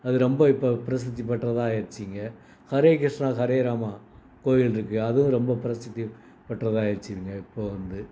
அது ரொம்ப இப்போ பிரசித்தி பெற்றதாக ஆயிடுச்சிங்க ஹரேகிருஷ்ணா ஹரேராமா கோயில் இருக்குது அதுவும் ரொம்ப பிரசித்தி பெற்றதாக ஆயிடுச்சிங்க இப்போது வந்து